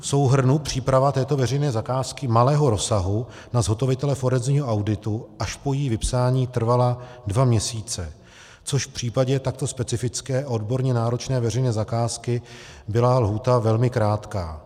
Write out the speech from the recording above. V souhrnu příprava této veřejné zakázky malého rozsahu na zhotovitele forenzního auditu až po její vypsání trvala dva měsíce, což v případě takto specifické a odborně náročné veřejné zakázky byla lhůta velmi krátká.